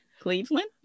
cleveland